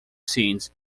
scenes